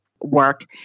work